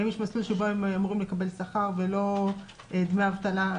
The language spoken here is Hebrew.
האם יש מסלול שהם אמורים לקבל בו שכר ולא דמי אבטלה.